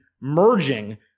merging –